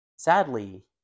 Sadly